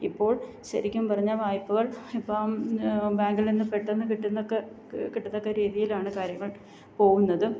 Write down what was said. ഇപ്പോൾ ശരിക്കും പറഞ്ഞാൽ വായ്പ്പകൾ ഇപ്പം ബാങ്കിൽനിന്ന് പെട്ടെന്ന് കിട്ടുന്നതൊക്കെ കിട്ടത്തക്ക രീതിയിലാണ് കാര്യങ്ങൾ പോവുന്നത്